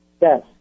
Yes